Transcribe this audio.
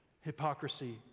hypocrisy